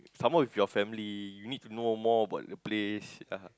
some more with your family you need to know more about the place